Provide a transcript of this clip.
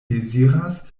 deziras